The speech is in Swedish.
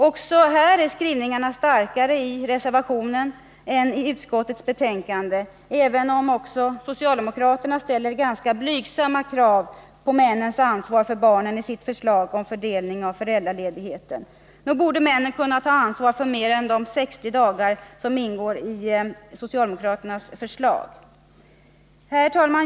Också här är reservanternas skrivningar starkare än skrivningen i utskottets betänkande, trots att även socialdemokraterna ställer ganska blygsamma krav på männens ansvar för barnen i sitt förslag om fördelning av föräldraledigheten. Nog borde männen kunna ta ansvar för mer än de 60 dagar som ingår i socialdemokraternas förslag. Herr talman!